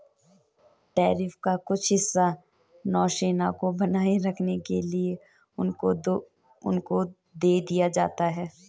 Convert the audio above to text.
tariff का कुछ हिस्सा नौसेना को बनाए रखने के लिए उनको दे दिया जाता है